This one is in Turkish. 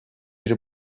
bir